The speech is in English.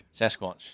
Sasquatch